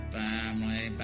family